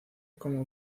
como